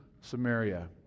Samaria